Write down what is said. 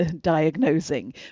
diagnosing